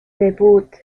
debut